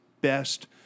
best